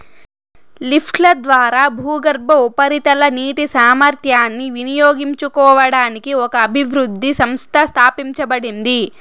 లిఫ్ట్ల ద్వారా భూగర్భ, ఉపరితల నీటి సామర్థ్యాన్ని వినియోగించుకోవడానికి ఒక అభివృద్ధి సంస్థ స్థాపించబడింది